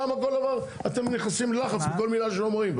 למה כל דבר אתם נכנסים ללחץ מכל מילה שאומרים.